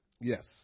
Yes